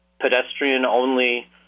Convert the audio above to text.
pedestrian-only